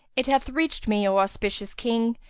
it hath reached me, o auspicious king,